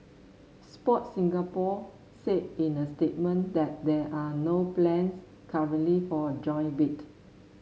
Sport Singapore said in a statement that there are no plans currently for a joint bid